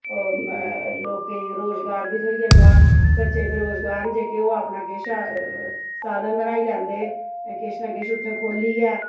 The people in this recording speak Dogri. लोकें गी रोजगार बी थ्होई जंदा बच्चे बेरोज़गार न जेह्के ओह् अपना किश साधन बनाई लैंदे किश न किश उत्थै खोलियै